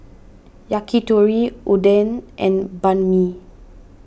Yakitori Oden and Banh Mi